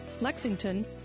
Lexington